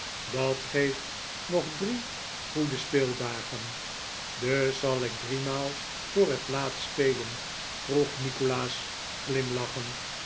dat geeft nog drie goede speeldagen dus zal ik driemaal voor het laatst spelen vroeg nikolaas glimlachend